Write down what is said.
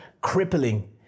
crippling